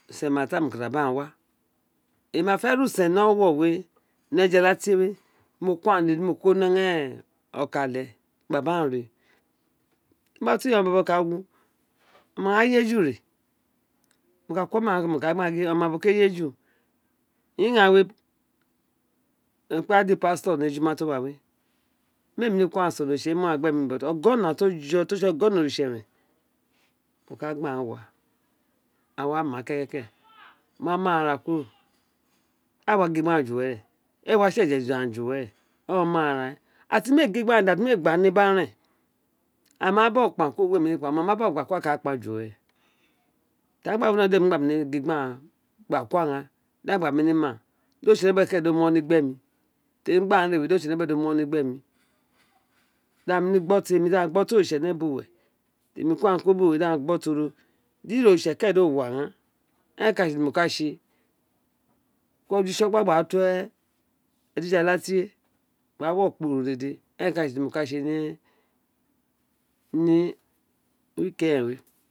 Usen ma fan mo ka bi aghon wa emí ma fé ri usen ni ọ̣wọwo we ní ajijala tie dí mo ko aghan ni ọkọ àle mo ma tu wi yon bọbọ ka wu ọma gháan yeju re mo ka gin gbi aghan gan igháàn we a ka di pastor ní eju ma tí o wa wè mi éé nemí ko agháán gbe so no oritse ma no emmmi ogona dé ti o je ti o tsi ọgọna oritse rén dí o ka gba aghaan wa a wa ma kén o ma ma aghen ara kuro a nea gin gbi aghen ju wéré a wa tse e jenju ju wéré érén o ma nee mí éé gba ní gba rén a ma bọgho ukpan juro o me we a ma ma bọgho kuro mi éé gbe kpan ju wérè ti a ghan gba wini dé owun mo nemi gin gbi aghan gba ko aghan di aghan gba nemi ma di oritsẹnẹ luwe gba ní gbé mí temí gba re we di oritsénelbu gba ní gbem dí a nem gbó femí gba gbó ti oritsénèbuwe temi ko aghaân ko re we dí a gbó temí di oriste kénen do wo aghaan éren ka tsi itse ti mo ka tse ma ku ojuse otsogua ra tu a jijala tie wa wo kporo dede érèn ka tse urun ti mo ka tse ni ní kérèn we